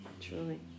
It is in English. truly